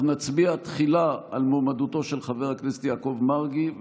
אנחנו נצביע תחילה על מועמדתו של חבר הכנסת יעקב מרגי,